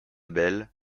bayle